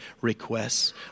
requests